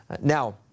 Now